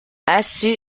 essi